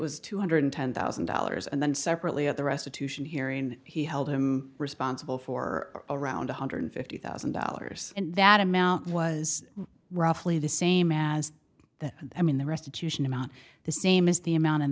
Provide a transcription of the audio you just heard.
was two hundred and ten thousand dollars and then separately at the restitution hearing he held him responsible for around one hundred and fifty thousand dollars and that amount was roughly the same as the i mean the restitution amount the same as the amount